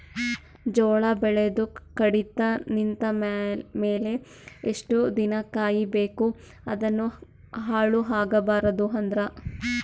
ಜೋಳ ಬೆಳೆದು ಕಡಿತ ನಿಂತ ಮೇಲೆ ಎಷ್ಟು ದಿನ ಕಾಯಿ ಬೇಕು ಅದನ್ನು ಹಾಳು ಆಗಬಾರದು ಅಂದ್ರ?